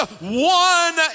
one